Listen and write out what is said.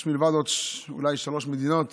יש אולי שלוש מדינות